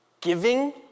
giving